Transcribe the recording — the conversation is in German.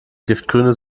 giftgrüne